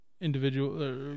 individual